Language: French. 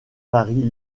varie